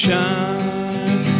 Shine